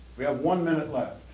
we have one minute left. ah,